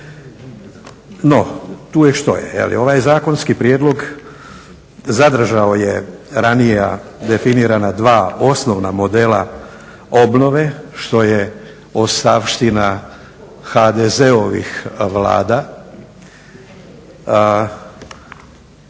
No tu je što je, ovaj zakonski prijedlog zadržao je ranija definirana dva osnovna modela obnove što je ostavština HDZ-ovih Vlada,